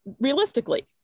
realistically